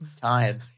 Tired